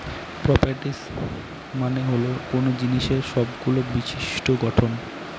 properties মানে হল কোনো জিনিসের সবগুলো বিশিষ্ট্য গঠন